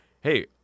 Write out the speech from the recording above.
Hey